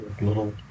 little